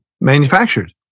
manufactured